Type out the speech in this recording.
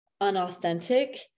unauthentic